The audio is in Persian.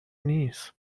نیست